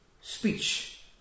speech